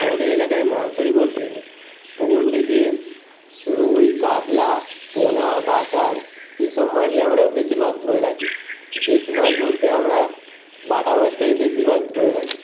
আমাদের এলাকায় মাছ ধরি বলতে পুকুরগুলোয় যে রুই কাতলা পোনা বাটা এই সব মাছই আমরা বেশিরভাগ ধরে থাকি বেশি মাছ বলতে আমরা বাটা মাছটাই বেশিরভাগ ধরে থাকি